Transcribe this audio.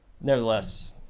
Nevertheless